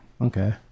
Okay